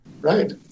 Right